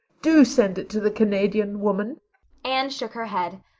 do send it to the canadian woman anne shook her head.